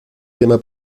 tema